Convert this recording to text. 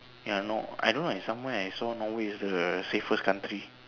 ya Nor~ I don't know somewhere I saw Norway is the safest country